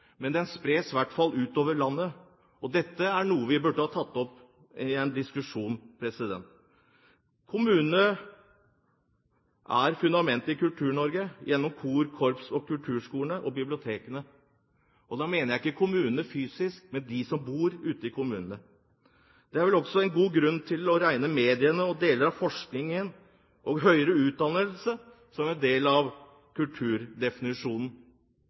men den spres i hvert fall ut over landet. Dette er noe vi burde ha tatt opp i en diskusjon. Kommunene er fundamentet i Kultur-Norge gjennom kor, korps, kulturskoler og bibliotek. Da mener jeg ikke kommunene fysisk, men de som bor ute i kommunene. Det er vel også en god grunn til å regne mediene og deler av forskningen og høyere utdannelse som en del av kulturdefinisjonen.